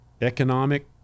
economic